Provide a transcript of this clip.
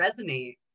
resonate